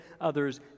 others